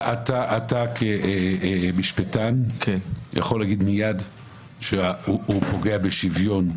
אתה כמשפטן יכול להגיד מייד שהוא פוגע בשוויון.